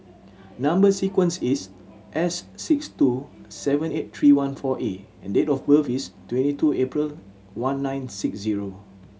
number sequence is S six two seven eight three one four A and date of birth is twenty two April one nine six zero